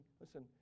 listen